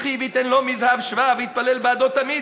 ויחי ויתן לו מזהב שבא, ויתפלל בעדו תמיד,